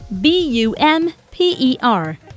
b-u-m-p-e-r